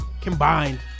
Combined